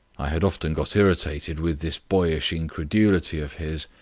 i had often got irritated with this boyish incredulity of his,